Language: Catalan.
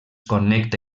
connecta